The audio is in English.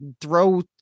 throw